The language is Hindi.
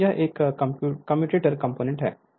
तो यह कम्यूटेटर कंपोनेंट है